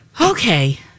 Okay